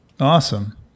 Awesome